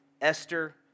Esther